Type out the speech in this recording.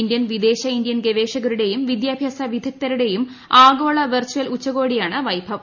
Indian വിദേശ Indian ഗവേഷകരുടേയും വിദ്യാഭ്യാസ വിദഗ്ധരുടേയും ആഗോള വെർച്ചൽ ഉച്ചകോടിയാണ് വൈഭവ്